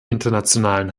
internationalen